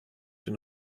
den